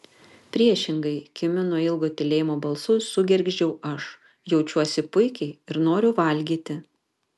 priešingai kimiu nuo ilgo tylėjimo balsu sugergždžiau aš jaučiuosi puikiai ir noriu valgyti